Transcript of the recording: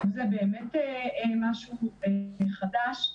זה באמת משהו חדש.